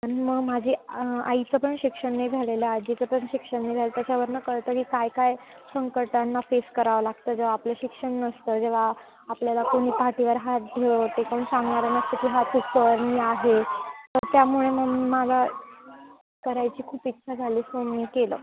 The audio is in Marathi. आणि मग माझी आईचं पण शिक्षण नाही झालेलं आजीचं तर शिक्षण नाही झालं त्याच्यावरनं कळतं की कायकाय संकटांना फेस करावं लागतं जेव्हा आपलं शिक्षण नसतं जेव्हा आपल्याला कोणी पाठीवर हात ठेवते कोण सांगणारं नसते तू तू कर मी आहे तर त्यामुळे मग मला करायची खूप इच्छा झाली सो मी केलं